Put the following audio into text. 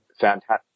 fantastic